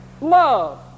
Love